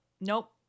Nope